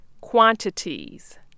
Quantities